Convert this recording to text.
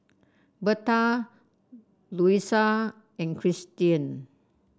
Berta Luisa and Kristian